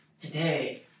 today